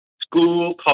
School